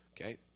Okay